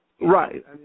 Right